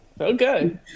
Okay